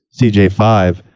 CJ5